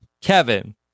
Kevin